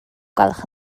gwelwch